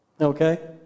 Okay